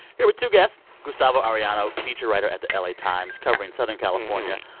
here with two guests gustavo arellano, feature writer at the la times covering southern california,